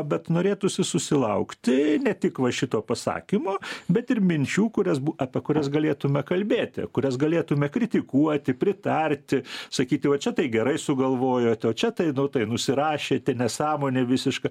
bet norėtųsi susilaukti ne tik va šito pasakymo bet ir minčių kurias bu apie kurias galėtume kalbėti kurias galėtume kritikuoti pritarti sakyti va čia tai gerai sugalvojot o čia tai nu tai nusirašėt tai nesąmonė visiška